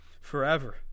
forever